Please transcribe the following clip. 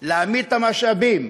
להעמיד את המשאבים